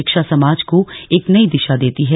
शिक्षा समाज को एक नई दिशा देती है